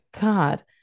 god